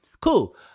cool